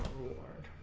reward